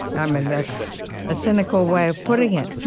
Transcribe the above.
i mean that's a cynical way of putting it,